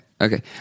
Okay